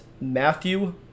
Matthew